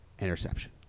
interception